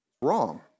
wrong